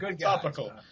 Topical